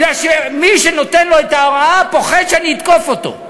כי מי שנותן לו את ההוראה פוחד שאני אתקוף אותו.